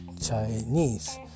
Chinese